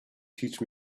teach